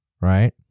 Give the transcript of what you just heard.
right